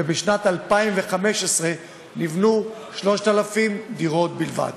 ובשנת 2015 נבנו 3,000 דירות בלבד.